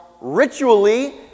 ritually